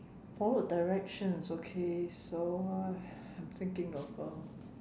followed directions okay so uh I'm thinking of a